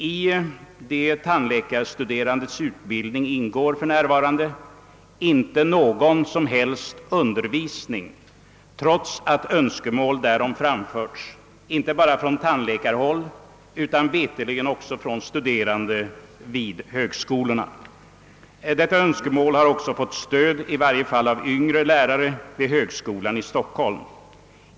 I de tandläkarstuderandes utbildning ingår för närvarande inte någon som helst sådan undervisning, trots att önskemål därom framförts inte bara från tandläkarhåll utan veterligen också från studerande vid högskolorna. Detta önskemål har också fått stöd i varje fall av yngre lärare vid tandläkarhögskolan i Stockholm.